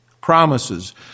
Promises